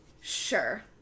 Sure